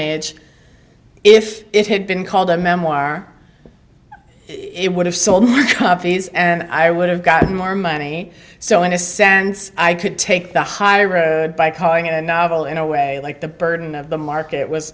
age if it had been called a memoir it would have sold more copies and i would have gotten more money so in a sense i could take the high road by calling it a novel in a way like the burden of the market was